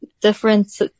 different